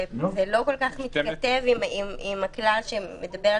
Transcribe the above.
זה לא כל כך מתכתב עם הכלל שמדבר על